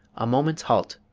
a moment's halt